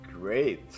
Great